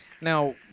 Now